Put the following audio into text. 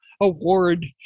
award